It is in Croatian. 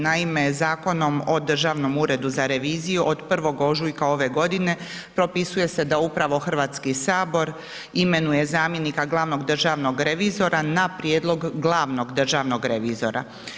Naime, Zakonom o Državnom uredu za reviziju od 1. ožujka ove godine propisuje se da upravo Hrvatski sabor imenuje zamjenika glavnog državnog revizora na prijedlog glavnog državnog revizora.